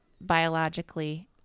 biologically